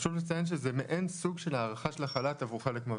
חשוב לציין שזה מעין סוג של הארכה של החל"ת עבור חלק מה-